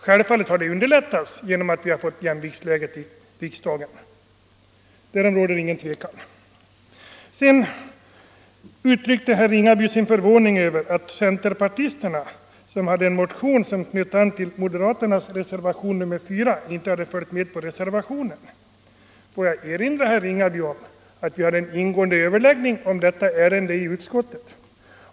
Självfallet råder det ingen tvekan om att arbetet har underlättats genom jämviktsläget i riksdagen. Herr Ringaby uttryckte sin förvåning över att centerpartisterna, som väckt en motion som knöt an till moderaternas reservation 4, inte hade biträtt reservationen. Får jag erinra herr Ringaby om att vi hade en ingående överläggning om detta ärende i utskottet.